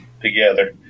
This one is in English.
together